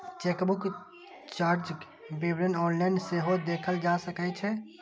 chequebook चार्जक विवरण online सेहो देखल जा सकै छै